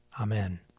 Amen